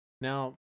Now